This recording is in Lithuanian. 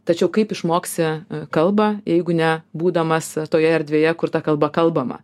tačiau kaip išmoksi kalbą jeigu ne būdamas toje erdvėje kur ta kalba kalbama